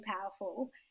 powerful